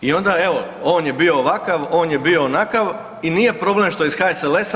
I onda evo on je bio ovakav, on je bio onakav i nije problem što je iz HSLS-a.